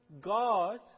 God